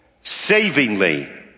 savingly